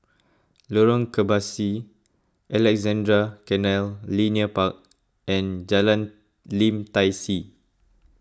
Lorong Kebasi Alexandra Canal Linear Park and Jalan Lim Tai See